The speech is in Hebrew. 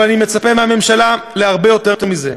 אבל אני מצפה מהממשלה להרבה יותר מזה.